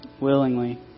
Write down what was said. willingly